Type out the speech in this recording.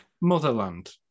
motherland